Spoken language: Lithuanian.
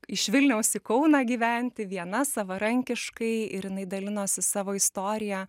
iš vilniaus į kauną gyventi viena savarankiškai ir jinai dalinosi savo istorija